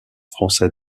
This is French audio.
français